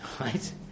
Right